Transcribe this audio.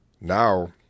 now